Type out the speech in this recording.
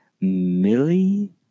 Millie